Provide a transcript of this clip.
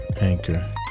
anchor